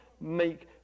make